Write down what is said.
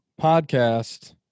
Podcast